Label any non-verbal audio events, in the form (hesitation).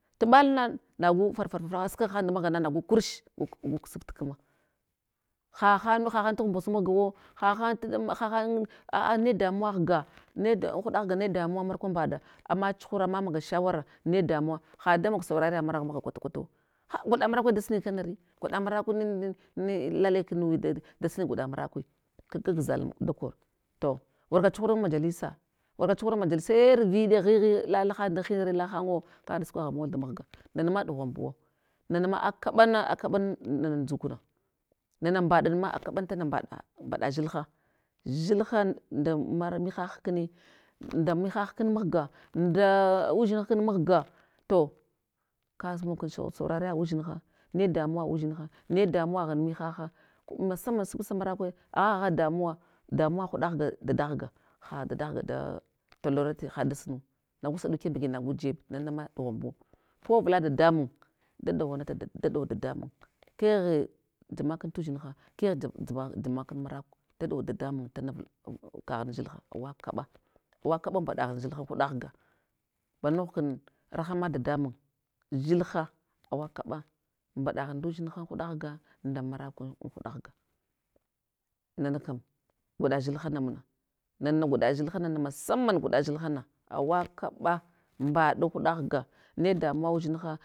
Tabalna nagu far far farahan sukwagha han da magha da mahgana nagu kursh gu guksaf tkma, hahan hahantuh mbos mahgawo, hahan tad hahan, hahan aa ne damuwa ghga, ne da an huɗa ghga ne damuwa markwambaɗa, ama chuhura, ama maga shawara ne damuwa had damog saaurariya maraku mahga kwala kwatu, ha gwaɗa marakwe dasuni kanari gwaɗa marakuna (hesitation) lalaik nu dasun gwaɗa marakwi, kakag zalma dakor to warka chuhuran majalisa warka chuhuran majalisa sai rigiɗa gheghe lalahan dan hinre lahanwo kada sukwagha mol damahga, nanama ɗughambuwo nana ma akaɓana akaɓan nana ndzukna nana. Mɓaɗuma akaɓal tana mɓaɗfa, mɓaɗa dzilha, dzilha nda mar mihah kni nda mihah kan mahga nda udzinhakun mahga, to kazmog kun saurariya udzinha ne damuwa udzinha ne damuwan ghan mihaha, ku masaman supsa marakwe, a agha damuwa, damuwa huda ghgai dada ghga ha dada ghga da lolarati hada sunu, nagu saɗu kimba ki nagu jeb, nanama ɗughanbu, ko avla dadamun da ɗuwanata da ɗau dadamun, kegh jamakun tudzinha, kegh jav jamakun t maraku, da ɗau dadamun tanavul avkaghun zilha, awakaɓa, awa kaɓa mɓaɗaghun zilha an huɗa ghga. Banogh kan rahma dadamun, dzil ha awa kaɓa mɓaɗaghun ndudzinha an huɗa ghga nda marakwan an huɗa ghga, nana kam gwada dzil hana muna, nana na gwaɗa dzilhana masaman gwaɗa dzilhana awa kaɓa mɓaɗ an huɗa ghga, nedamuwa udzinha.